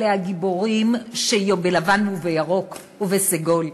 בירוק ובסגול,